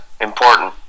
important